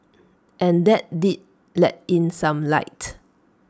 and that did let in some light